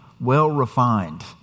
well-refined